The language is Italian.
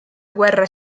guerra